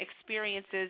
experiences